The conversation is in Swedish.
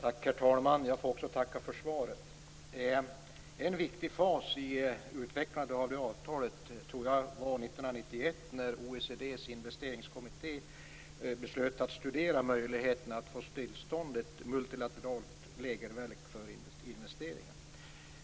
Herr talman! Jag vill också tacka för svaret. En viktig fas i utvecklandet av avtalet tror jag var 1991 när OECD:s investeringskommitté beslöt att studera möjligheterna att få till stånd ett multilateralt regelverk för investeringar.